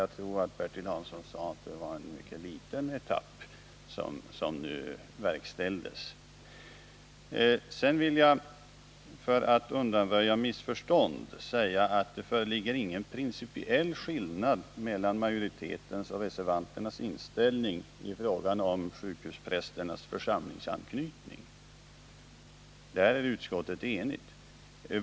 Jag tror att han sade att det var en mycket liten etapp som nu verkställdes. För att undanröja missförstånd vill jag säga att det inte föreligger någon principiell skillnad mellan majoritetens och reservanternas inställning i fråga om sjukhusprästernas församlingsanknytning. Där är utskottet enigt.